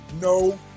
no